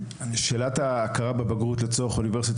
נושא ההכרה בבגרות לצורך כניסה באוניברסיטה